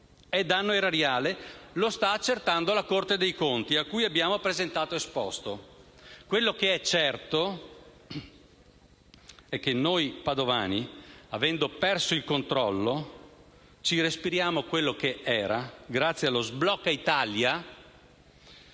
È danno erariale? Lo sta accertando la Corte dei conti, a cui abbiamo presentato un esposto. Quello che è certo è che noi padovani, avendo perso il controllo, respiriamo quello che la società Era, grazie allo sblocca Italia,